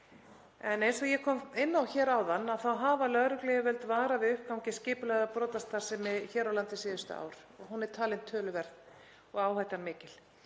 Eins og ég kom inn á áðan þá hafa lögregluyfirvöld varað við uppgangi skipulagðrar brotastarfsemi hér á landi síðustu ár, hún er talin töluverð og áhættan mikil.